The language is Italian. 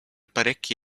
parecchi